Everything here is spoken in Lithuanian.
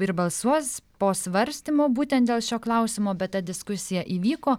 ir balsuos po svarstymo būtent dėl šio klausimo bet ta diskusija įvyko